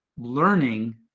learning